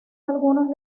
algunos